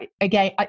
again